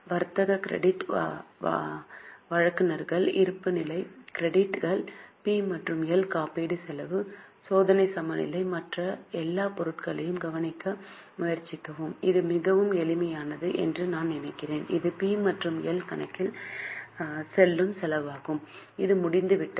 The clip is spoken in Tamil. வர்த்தக கிரெடிட் வழங்குநர்கள் இருப்புநிலைக் கிரெடிட் கள் பி மற்றும் எல் காப்பீட்டு செலவு சோதனை சமநிலையில் மற்ற எல்லா பொருட்களையும் கவனிக்க முயற்சிக்கவும் இது மிகவும் எளிமையானது என்று நான் நினைக்கிறேன் இது பி மற்றும் எல் கணக்கில் செல்லும் செலவாகும் இது முடிந்துவிட்டது